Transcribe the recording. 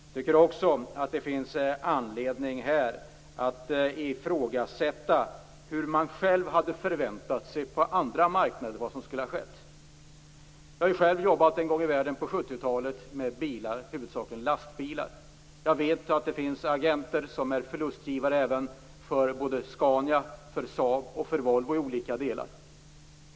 Jag tycker också att det finns anledning att fråga sig vad man själv hade förväntat sig skulle ha skett på andra marknader. Jag jobbade själv en gång i världen, på 70-talet, med bilar - huvudsakligen lastbilar. Jag vet att det finns agenter som är förlustgivare både för Scania, Saab och Volvo i olika delar.